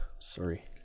Sorry